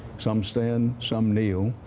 some stand, some kneel.